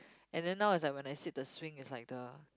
and then now is like when I sit the swing is like the